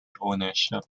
ownership